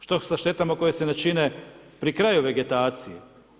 Što sa štetama koje se ne čine pri kraju vegetacije?